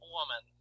woman